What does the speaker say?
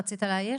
רצית להעיר.